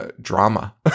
drama